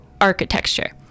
Architecture